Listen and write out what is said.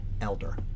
elder